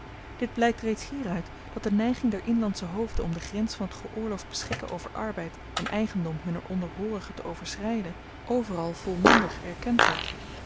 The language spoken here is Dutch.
dit blykt reeds hieruit dat de neiging der inlandsche hoofden om de grens van t geoorloofd beschikken over arbeid en eigendom hunner onderhoorigen te overschryden overal volmondig erkend wordt